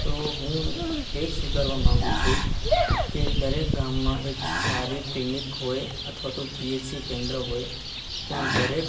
તો હું એજ સુધારવા માગુ છું કે દરેક ગામમાં એક સારી ક્લિનિક હોય અથવા તો પી એચ સી કેન્દ્ર હોય ત્યાં દરેક